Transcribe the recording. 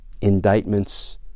indictments